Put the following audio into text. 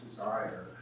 desire